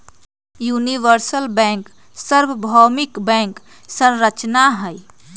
universal bank सर्वभौमिक bank संरचना हई